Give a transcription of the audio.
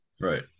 Right